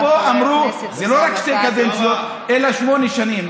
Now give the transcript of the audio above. פה אמרו שזה לא רק שתי קדנציות אלא שמונה שנים.